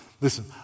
Listen